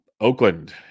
Oakland